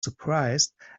surprised